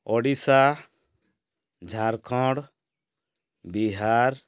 Odisha Jharkhand Bihar